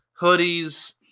hoodies